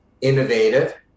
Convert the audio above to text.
innovative